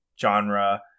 genre